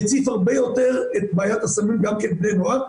הציף הרבה יותר את בעיית הסמים גם בבני הנוער,